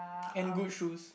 and good shoes